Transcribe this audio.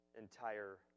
entire